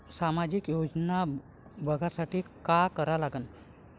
सामाजिक योजना बघासाठी का करा लागन?